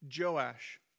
Joash